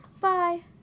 bye